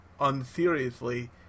Unseriously